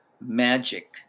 Magic